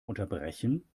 unterbrechen